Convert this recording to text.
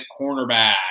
cornerback